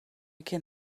can